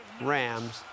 Rams